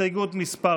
הסתייגות מס'